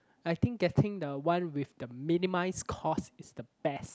I think getting the one with the minimized cost is the best